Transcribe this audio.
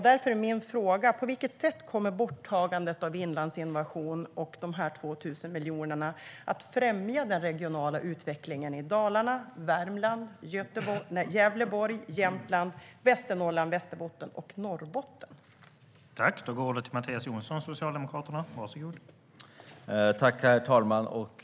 Därför är min fråga: På vilket sätt kommer borttagandet av Inlandsinnovation och de 2 000 miljonerna att främja den regionala utvecklingen i Dalarna, Värmland, Gävleborg, Jämtland, Västernorrland, Västerbotten och Norrbotten?